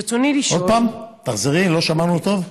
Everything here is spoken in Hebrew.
ברצוני לשאול, עוד פעם, תחזרי, לא שמענו טוב.